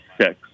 six